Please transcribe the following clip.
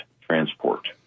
transport